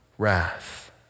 Wrath